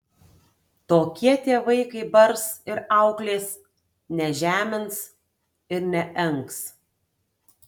tokie tėvai kai bars ir auklės nežemins ir neengs